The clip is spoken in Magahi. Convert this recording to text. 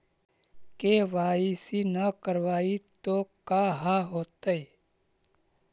के.वाई.सी न करवाई तो का हाओतै?